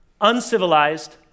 uncivilized